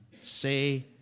say